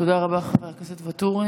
תודה רבה, חבר הכנסת ואטורי.